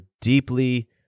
deeply